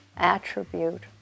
attribute